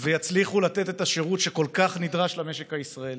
ויצליחו לתת את השירות שכל כך נדרש למשק הישראלי.